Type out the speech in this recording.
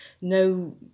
no